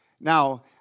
Now